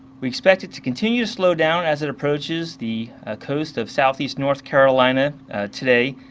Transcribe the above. we expect it to continue to slow down as it approaches the coast of southeast north carolina today.